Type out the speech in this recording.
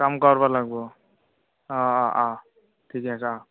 কাম কৰিব লাগিব অঁ অঁ অঁ ঠিকে আছে অঁ